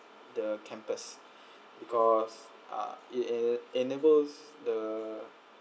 the campus because uh it enables the